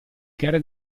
gare